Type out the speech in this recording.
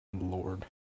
Lord